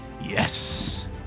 yes